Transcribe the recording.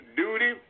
duty